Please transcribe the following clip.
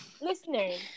Listeners